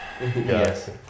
Yes